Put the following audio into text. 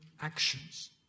actions